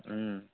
ও